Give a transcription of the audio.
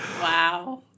Wow